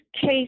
case